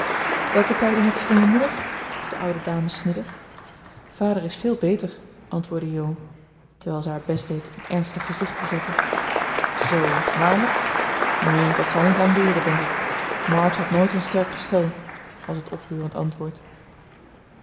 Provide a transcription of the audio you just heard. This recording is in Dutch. welke tijding heb je van je moeder vroeg de oude dame snibbig vader is veel beter antwoordde jo terwijl ze haar best deed een ernstig gezicht te zetten zoo waarlijk nu dat zal niet lang duren denk ik march had nooit een sterk gestel was het opbeurend antwoord